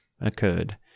occurred